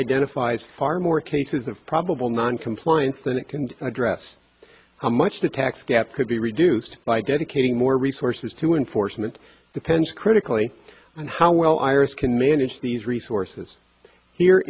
identifies far more cases of probable noncompliance than it can to address how much the tax gap could be reduced by dedicating more resources to enforcement depends critically on how well iris can manage these resources